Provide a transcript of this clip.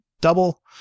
double